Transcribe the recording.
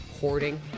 hoarding